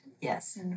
Yes